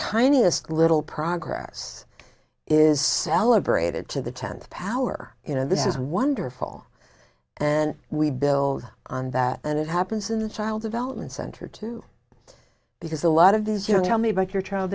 tiniest little progress is celebrated to the tenth power you know this is wonderful and we build on that and it happens in child development center to because a lot of these you know tell me about your child